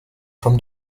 from